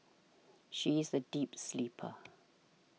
she is a deep sleeper